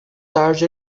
tarde